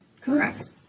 Correct